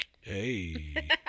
Hey